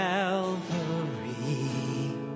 Calvary